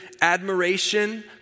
admiration